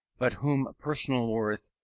but whom personal worth,